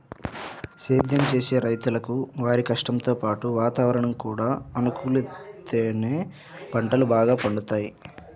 సేద్దెం చేసే రైతులకు వారి కష్టంతో పాటు వాతావరణం కూడా అనుకూలిత్తేనే పంటలు బాగా పండుతయ్